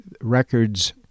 records